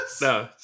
no